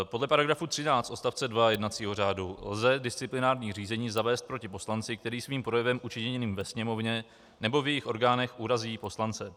Podle § 13 odst. 2 jednacího řádu lze disciplinární řízení zavést proti poslanci, který svým projevem učiněným ve Sněmovně nebo v jejích orgánech urazí poslance.